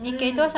嗯